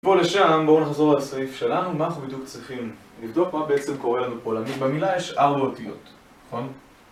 פה לשם, בואו נחזור לסעיף שלנו, מה אנחנו בדיוק צריכים לבדוק, מה בעצם קורה לנו פה. במילה יש ארבע אותיות, נכון?